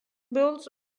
builds